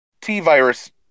T-virus